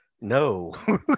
No